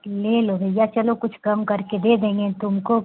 ले लो भैया चलो कुछ कम करके दे देंगे तुमको